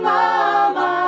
Mama